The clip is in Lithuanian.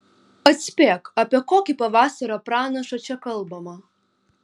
atspėk apie kokį pavasario pranašą čia kalbama